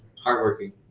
Hardworking